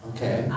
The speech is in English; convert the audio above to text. Okay